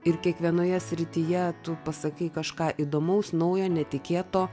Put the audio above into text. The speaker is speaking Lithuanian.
ir kiekvienoje srityje tu pasakei kažką įdomaus naujo netikėto